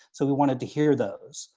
so we wanted to hear those.